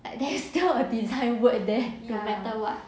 like there is still a design work there no matter what